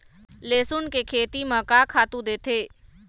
लेसुन के खेती म का खातू देथे?